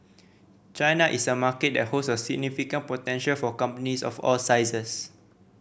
China is a market that holds a significant potential for companies of all sizes